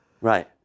Right